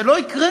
זה לא יקרה.